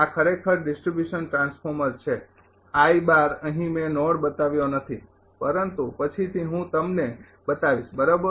આ ખરેખર distribution transformer છે I બાર અહી મેં નોડ બતાવ્યો નથી પરંતુ પછીથી હું તમને બતાવીશ બરાબર